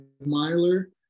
miler